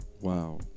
Wow